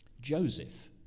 Joseph